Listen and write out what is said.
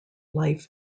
life